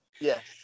yes